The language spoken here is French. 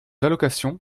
allocations